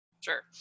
Sure